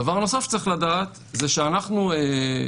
דבר נוסף שצריך לדעת זה שאנחנו עובדים